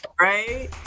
Right